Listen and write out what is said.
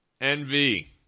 Envy